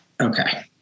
okay